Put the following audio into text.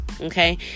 Okay